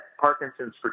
Parkinson's